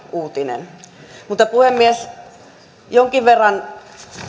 iloinen uutinen mutta puhemies jonkin verran